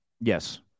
Yes